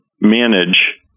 manage